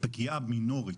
'פגיעה מינורית'.